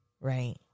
right